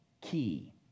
key